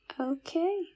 Okay